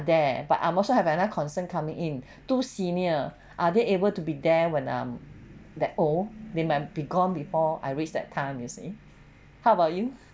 there but I'm also have another concern coming in too senior are they able to be there when I'm that old they might be gone before I reached that time you see how about you